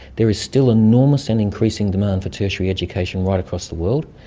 there is still enormous and increasing demand for tertiary education right across the world.